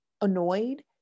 annoyed